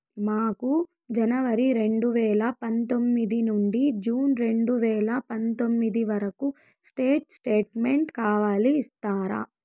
మాకు జనవరి రెండు వేల పందొమ్మిది నుండి జూన్ రెండు వేల పందొమ్మిది వరకు స్టేట్ స్టేట్మెంట్ కావాలి ఇస్తారా